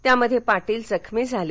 त्यामध्ये पाटील हे जखमी झाले